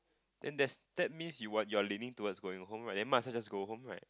then there's that means you are you are leaning towards going home right then might as well just go home right